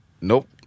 Nope